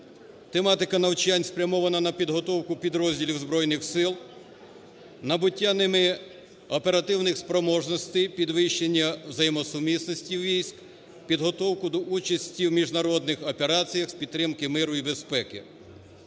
Тематика навчань спрямована на підготовку підрозділів Збройних Сил, набуття ними оперативних спроможностей, підвищення взаємосумісності військ, підготовку до участі у міжнародних операціях з підтримки миру і безпеки.